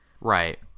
Right